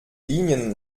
linien